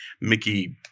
Mickey